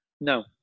no